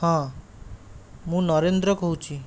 ହଁ ମୁଁ ନରେନ୍ଦ୍ର କହୁଛି